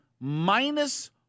minus